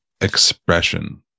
expression